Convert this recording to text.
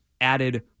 added